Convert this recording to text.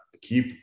keep